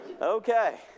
Okay